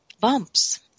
bumps